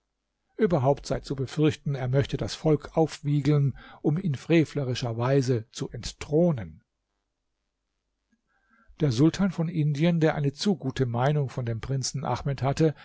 überhaupt sei zu befürchten er möchte das volk aufwiegeln um ihn frevlerischerweise zu entthronen der sultan von indien der eine zu gute meinung von dem prinzen ahmed hatte